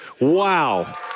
Wow